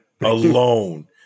Alone